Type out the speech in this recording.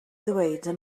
ddweud